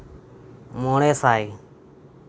ᱢᱚᱬᱮ ᱥᱟᱭ